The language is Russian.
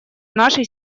нашей